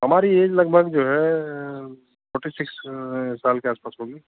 हमारी एज लगभग जो है फ़ॉर्टी सिक्स साल के आसपास होगी